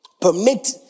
Permit